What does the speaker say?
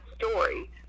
story